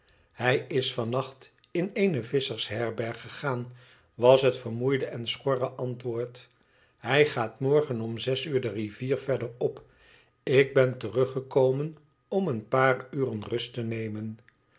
hij is van nacht in eene visschersherberg gegaan was het vermoeide en schorre antwoord hij gaat morgen om zes uur de rivier verder op ik ben teruggekomen om een paar uren rust te nemen